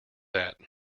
that